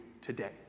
today